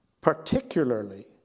particularly